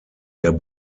der